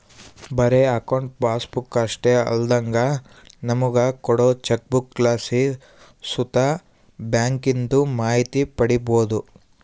ಬರೇ account passbook ಅಷ್ಟೇ ಅಲ್ದಂಗ ನಮುಗ ಕೋಡೋ ಚೆಕ್ಬುಕ್ಲಾಸಿ ಸುತ ಬ್ಯಾಂಕಿಂದು ಮಾಹಿತಿ ಪಡೀಬೋದು